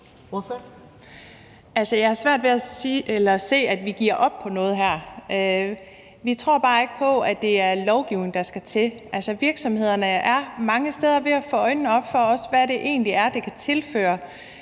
jeg har svært ved at se, at vi giver op på noget her. Vi tror bare ikke på, at det er lovgivning, der skal til. Virksomhederne er også mange steder ved at få øjnene op for, hvad det egentlig er, det kan tilføre,